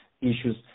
issues